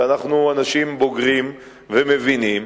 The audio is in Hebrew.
אנחנו אנשים בוגרים ומבינים.